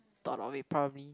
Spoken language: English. thought of it probably